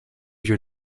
your